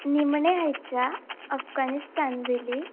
निमणे हयच्या अफगानिस्तान बेली